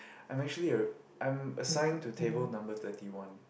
I'm actually a I'm assign to table number thirty one